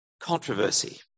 controversy